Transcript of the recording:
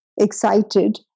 excited